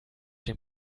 dem